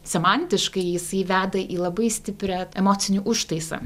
semantiškai jisai veda į labai stiprią emocinį užtaisą